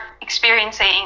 experiencing